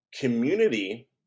Community